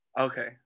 okay